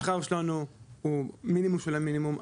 השכר שלנו הוא מינימום של המינימום.